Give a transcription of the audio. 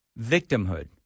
Victimhood